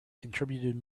contributed